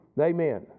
Amen